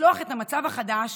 לצלוח את המצב החדש